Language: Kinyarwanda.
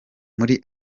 muri